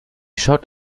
schaut